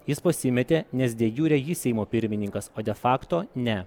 jis pasimetė nes dejure jis seimo pirmininkas o defakto ne